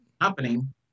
happening